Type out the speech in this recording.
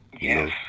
Yes